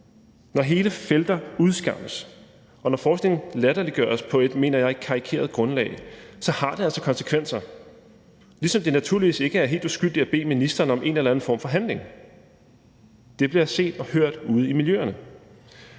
Når hele felter udskammes, og når forskningen latterliggøres på et, mener jeg, karikeret grundlag, har det altså konsekvenser, ligesom det naturligvis ikke er helt uskyldigt at bede ministeren om en eller anden form for handling. Det bliver set og hørt ude i miljøerne.